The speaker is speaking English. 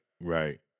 right